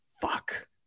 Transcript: fuck